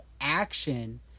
action